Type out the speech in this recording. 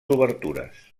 obertures